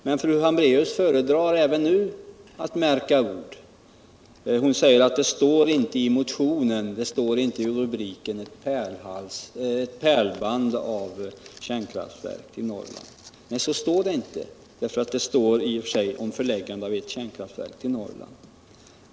Men fru Hambraeus föredrar även nu att märka ord. Hon säger att det i rubriken eller i själva motionen inte står någonting om ett pärlband av kärnkraftverk i Norrland. I och för sig står det inte så, eftersom det talas om att förlägga ett kärnkraftverk till Norrland.